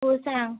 हो सांग